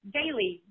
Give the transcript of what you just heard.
daily